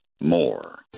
More